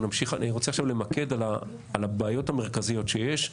אני רוצה עכשיו למקד על הבעיות המרכזיות שיש,